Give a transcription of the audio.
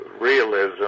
realism